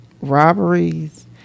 robberies